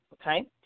okay